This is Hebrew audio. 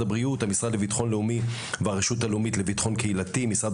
הבריאות; המשרד לביטחון לאומי; הרשות הלאומית לביטחון קהילתי; משרד